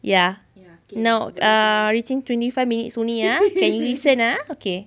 ya now ah reaching twenty five minutes only ah can you listen ah okay